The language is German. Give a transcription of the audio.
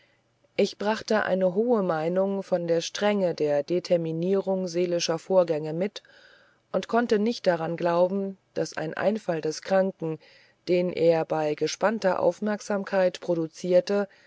ich brachte eine hohe meinung von der strenge der determinierung seelischer vorgänge mit und konnte nicht daran glauben daß ein einfall des kranken den er bei gespannter aufmerksamkeit produzierte